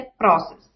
process